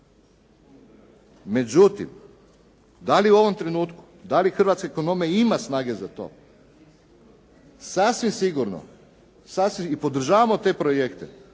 Međutim, dali u ovom trenutku dali hrvatska ekonomija ima snage za to? Sasvim sigurno i podržavamo te projekte,